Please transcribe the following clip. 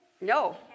No